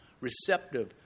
receptive